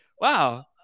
Wow